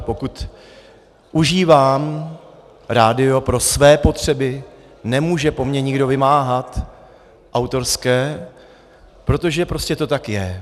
Pokud užívám rádio pro své potřeby, nemůže po mně nikdo vymáhat autorské, protože prostě to tak je.